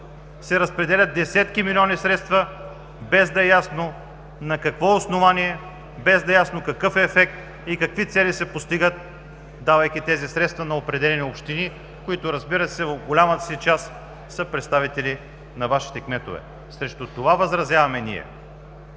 се разпределят десетки милиони средства, без да е ясно на какво основание, без да е ясно какъв ефект и какви цели се постигат, давайки средства на определени общини, които в голямата си част са представители на Вашите кметове. Срещу това възразяваме ние.